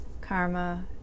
karma